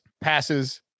passes